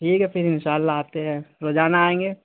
ٹھیک ہے پھر انشاء اللہ آتے ہیں روزانہ آئیں گے